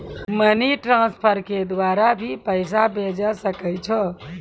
Money transfer के द्वारा भी पैसा भेजै सकै छौ?